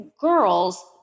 girls